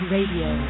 Radio